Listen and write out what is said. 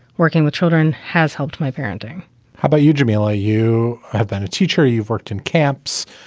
working with children has helped my parenting how about you, jamila? you have been a teacher. you've worked in camps.